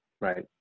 Right